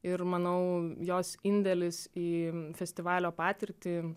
ir manau jos indėlis į festivalio patirtį